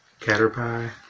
Caterpie